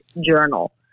journal